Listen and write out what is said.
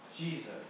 Jesus